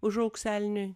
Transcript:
užaugs elniui